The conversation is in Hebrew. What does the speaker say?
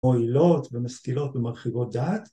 ‫מועילות ומשכילות ומרחיבות דעת?